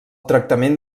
tractament